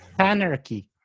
panarchy.